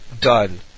done